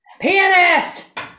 pianist